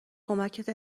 کمکت